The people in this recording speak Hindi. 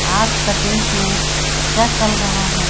आज तकनीक में क्या चल रहा है